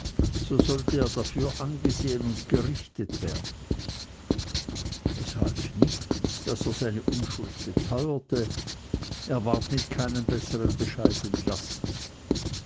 so sollte er dafür angesehen und gerichtet werden es half nichts daß er seine unschuld beteuerte er ward mit keinem besseren bescheid entlassen